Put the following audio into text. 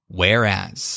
whereas